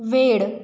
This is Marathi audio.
वेळ